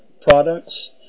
products